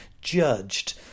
judged